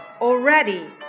already